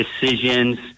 decisions